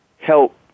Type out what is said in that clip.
help